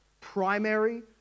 Primary